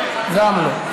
גם לא.